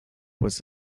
was